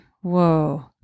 Whoa